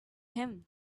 him